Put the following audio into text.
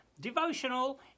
devotional